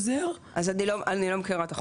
אני לא מכירה את זה.